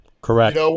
Correct